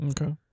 Okay